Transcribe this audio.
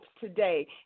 today